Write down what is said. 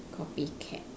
copycat